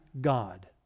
God